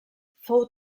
fou